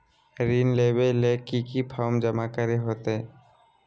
ऋण लेबे ले की की फॉर्म जमा करे होते?